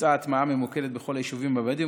בוצעה הטמעה ממוקדת בכל היישובים הבדואיים